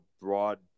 broad